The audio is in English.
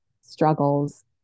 struggles